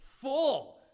full